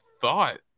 thought